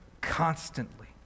constantly